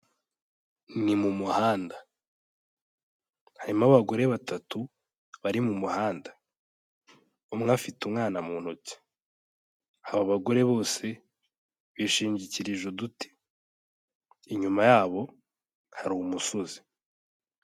Ni mu muhanda. Harimo abagore batatu bari mu muhanda. Umwe afite umwana mu ntoki. Aba bagore bose bishingikirije uduti. Inyuma yabo hari umusozi.